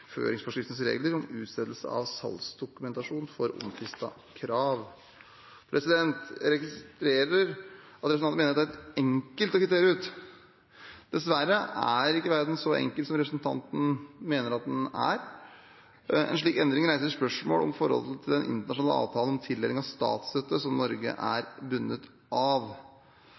regler om utstedelse av salgsdokumentasjon for omtvistede krav. Jeg registrerer at representanten mener dette er enkelt å kvittere ut. Dessverre er ikke verden så enkel som representanten mener at den er. En slik endring reiser spørsmål om forholdet til den internasjonale avtalen om tildeling av statsstøtte, som Norge er bundet av. Det bør derfor ikke iverksettes før tiltaket er notifisert og eventuelt godkjent av